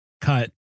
cut